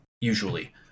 usually